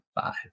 five